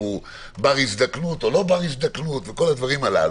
אם הוא בר הזדקנות או לא וכל הדברים הללו,